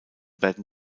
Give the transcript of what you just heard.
werden